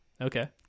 Okay